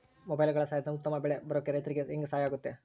ಮೊಬೈಲುಗಳ ಸಹಾಯದಿಂದ ಉತ್ತಮ ಬೆಳೆ ಬರೋಕೆ ರೈತರಿಗೆ ಹೆಂಗೆ ಸಹಾಯ ಆಗುತ್ತೆ?